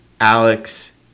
Alex